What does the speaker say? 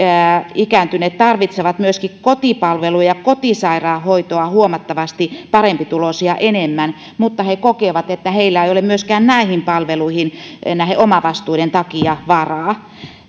ikääntyneet tarvitsevat myöskin kotipalveluja ja kotisairaanhoitoa huomattavasti parempituloisia enemmän mutta he kokevat että heillä ei ole myöskään näihin palveluihin varaa omavastuiden takia